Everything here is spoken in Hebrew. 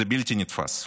לפעמים זה בלתי נתפס.